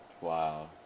Wow